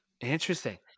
Interesting